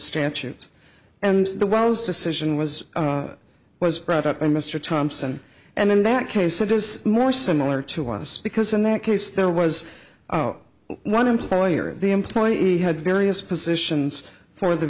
stanchions and the walls decision was was brought up by mr thomson and in that case it is more similar to us because in that case there was zero one employer the employee had various positions for the